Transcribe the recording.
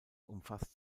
umfasst